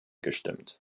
gestimmt